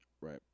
Right